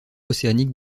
océanique